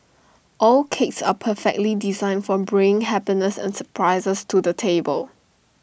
all cakes are perfectly designed for bringing happiness and surprises to the table